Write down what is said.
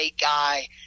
guy